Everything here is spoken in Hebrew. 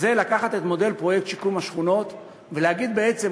היה לקחת את מודל פרויקט שיקום השכונות ולהגיד: בעצם